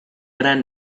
gran